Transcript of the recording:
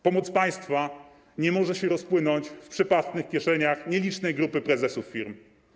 Pomoc państwa nie może się rozpłynąć w przepastnych kieszeniach nielicznej grupy prezesów firm.